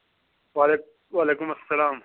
وعلی وعلیکُم اسلام